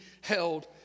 held